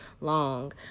long